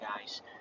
guys